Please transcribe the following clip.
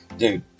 Dude